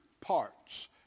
parts